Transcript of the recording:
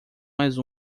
mais